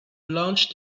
launch